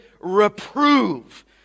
Reprove